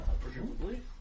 presumably